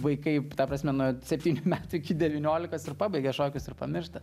vaikai ta prasme nuo septynių metų iki devyniolikos ir pabaigia šokius ir pamiršta